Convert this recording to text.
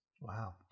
Wow